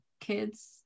kids